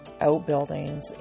outbuildings